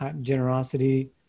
generosity